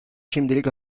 şimdilik